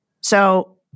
So-